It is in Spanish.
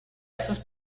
esos